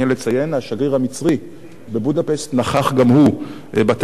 השגריר המצרי בבודפשט נכח גם הוא בטקס הזה,